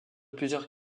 plusieurs